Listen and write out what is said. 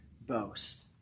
boast